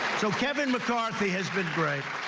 so kevin mccarthy has been great.